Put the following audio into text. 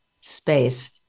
space